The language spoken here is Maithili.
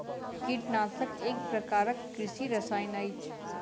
कीटनाशक एक प्रकारक कृषि रसायन अछि